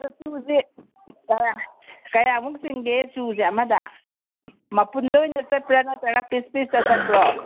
ꯑꯗ ꯆꯨꯁꯦ ꯀꯌꯥ ꯀꯌꯥꯃꯨꯛ ꯆꯤꯡꯒꯦ ꯆꯨꯁꯦ ꯑꯃꯗ ꯃꯄꯨꯟꯗ ꯑꯣꯏꯅ ꯆꯠꯄ꯭ꯔꯥ ꯅꯠꯇ꯭ꯔꯒ ꯄꯤꯁ ꯄꯤꯁꯇ ꯆꯠꯄ꯭ꯔꯣ